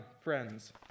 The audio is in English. friends